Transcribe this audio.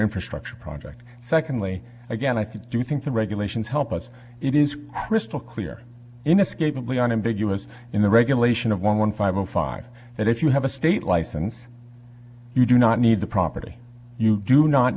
infrastructure project secondly again i think do you think the regulations help us it is crystal clear inescapably unambiguous in the regulation of one one five zero five that if you have a state license you do not need the property you do not